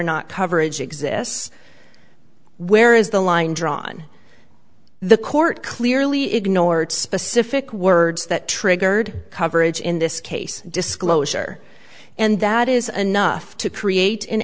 not coverage exists where is the line drawn the court clearly ignored specific words that triggered coverage in this case disclosure and that is enough to create an